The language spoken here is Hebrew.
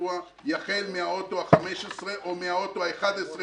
בשבוע יחל מהאוטו ה-15 או מהאוטו ה-11,